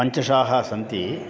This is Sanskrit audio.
पञ्चशाः सन्ति